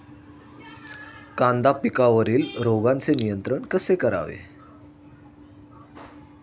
कांदा पिकावरील रोगांचे नियंत्रण कसे करावे?